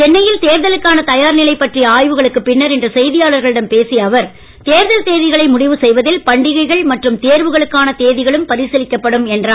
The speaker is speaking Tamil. சென்னையில் தேர்தலுக்கான தயார் நிலை பற்றிய ஆய்வுகளுக்குப் பின்னர் இன்று செய்தியாளர்களிடம் பேசிய அவர் தேர்தல் தேதிகளை முடிவு செய்வதில் பண்டிகைகள் மற்றும் தேர்வுகளுக்கான தேதிகளும் பரிசீலிக்கப்படும் என்றார்